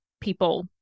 people